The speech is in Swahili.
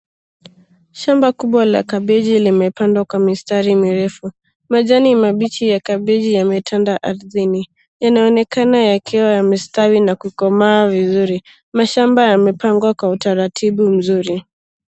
Shamba kubwa la kabegi limepandwa kwa mistari mirefu .Majani mabichi ya kabegi yametanda ardhini..yanaonekana yakiwa yamestawi na kukomaa vizuri. Mashamba yamepangwa kwa utaratibu mzuri.